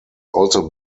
also